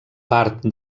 part